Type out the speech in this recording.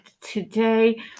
today